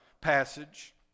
passage